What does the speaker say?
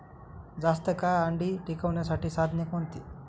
जास्त काळ अंडी टिकवण्यासाठी साधने कोणती?